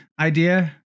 idea